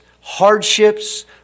hardships